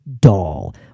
doll